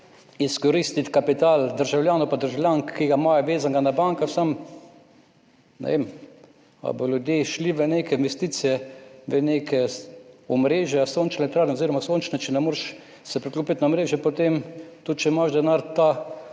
izkoristiti kapital državljanov in državljank, ki ga imajo vezanega na banko, ampak ne vem, ali bodo ljudje šli v neke investicije v neka omrežja, sončne elektrarne, če se ne moreš priklopiti na omrežje, tudi če imaš denar,